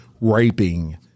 raping